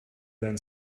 then